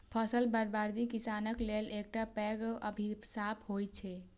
फसल बर्बादी किसानक लेल एकटा पैघ अभिशाप होइ छै